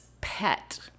pet